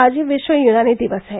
आज विश्व यूनानी दिवस है